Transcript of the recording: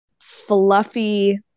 fluffy